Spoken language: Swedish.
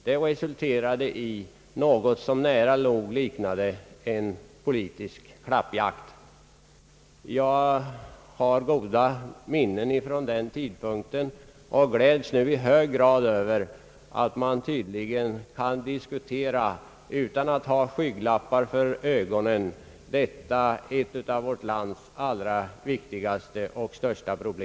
Det resulterade i något som nära nog liknade en politisk klappjakt. Jag minns mycket väl hur det var vid denna tidpunkt och gläds nu i hög grad över att man tydligen kan diskutera dessa frågor utan skygglappar för ögonen. Försvarsfrågan är en av vårt lands allra viktigaste och största frågor.